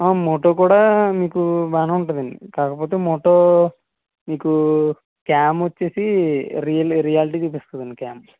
Moto కూడా మీకు బాగానే ఉంటుందండి కాకపోతే మోటో మీకు క్యామ్ వచ్చేసి రియల్ రియాలిటీ చూపిస్తుందండి క్యామ్